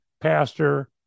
pastor